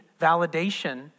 validation